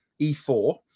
E4